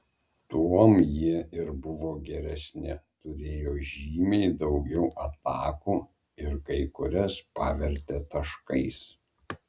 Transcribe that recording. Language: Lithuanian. tuom jie ir buvo geresni turėjo žymiai daugiau atakų ir kai kurias pavertė taškais